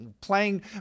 playing